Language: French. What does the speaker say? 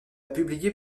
publié